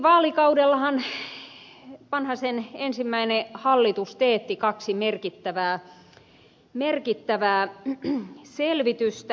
viime vaalikaudellahan vanhasen ensimmäinen hallitus teetti kaksi merkittävää selvitystä